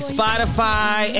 Spotify